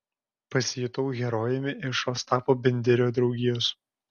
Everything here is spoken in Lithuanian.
pasijutau herojumi iš ostapo benderio draugijos